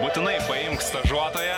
būtinai paimk stažuotoją